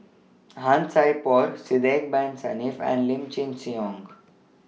Han Sai Por Sidek Bin Saniff and Lim Chin Siong